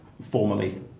formally